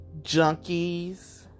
junkies